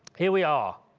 here we are, a